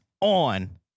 on